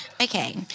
Okay